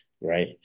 right